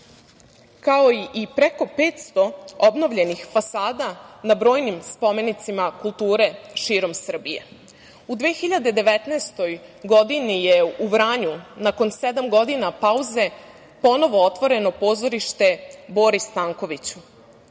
kao i preko 500 obnovljenih fasada na brojnim spomenicima kulture širom Srbije.U 2019. godini je u Vranju nakon sedam godina pauze ponovo otvoreno Pozorište Bori Stankoviću. Tokom